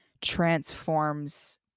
transforms